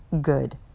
good